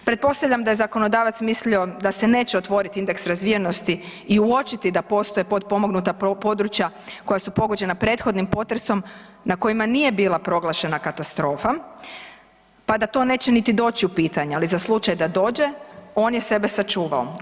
Pretpostavljam da je zakonodavac mislio da se neće otvoriti indeks razvijenosti i uočiti da postoje potpomognuta područja koja su pogođena prethodnim potresom na kojima nije bila proglašena katastrofa pa da to neće ni doći u pitanje, ali za slučaj da dođe, on je sebe sačuvao.